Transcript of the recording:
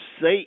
say